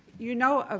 you know, ah